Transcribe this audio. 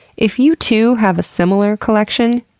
if you too have a similar collection,